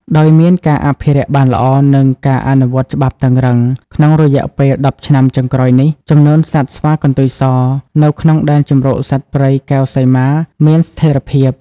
ដោយមានការអភិរក្សបានល្អ និងការអនុវត្តច្បាប់តឹងរ៉ឹង ក្នុងរយៈពេល ១០ឆ្នាំចុងក្រោយនេះ ចំនួនសត្វស្វាកន្ទុយសនៅក្នុងដែនជម្រកសត្វព្រៃកែវសីមាមានស្ថេរភាព។